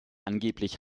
angeblich